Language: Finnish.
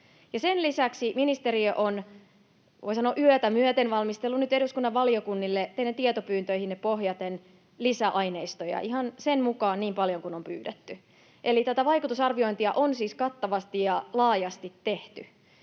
sen lisäksi ministeriö on, voi sanoa, yötä myöten valmistellut nyt eduskunnan valiokunnille teidän tietopyyntöihinne pohjaten lisäaineistoja ihan sen mukaan niin paljon kuin on pyydetty. Eli tätä vaikutusarviointia on siis kattavasti ja laajasti tehty.